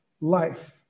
life